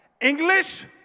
English